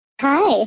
hi